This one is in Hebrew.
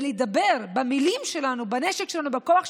לדבר במילים שלנו, בנשק שלנו, בכוח שלנו,